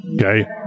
Okay